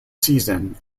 season